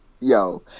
yo